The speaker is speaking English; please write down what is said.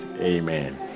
Amen